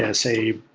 and say,